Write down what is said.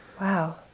Wow